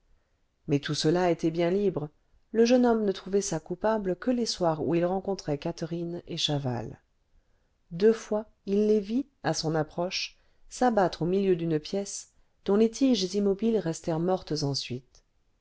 mais tous ceux-là étaient bien libres le jeune homme ne trouvait ça coupable que les soirs où il rencontrait catherine et chaval deux fois il les vit à son approche s'abattre au milieu d'une pièce dont les tiges immobiles restèrent mortes ensuite